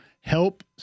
help